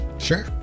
Sure